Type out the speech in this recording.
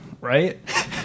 right